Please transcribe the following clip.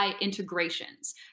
integrations